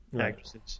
actresses